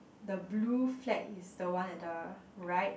the blue flag is the one at the right